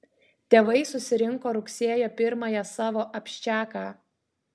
tėvai susirinko rugsėjo pirmąją savo abščiaką